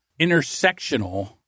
intersectional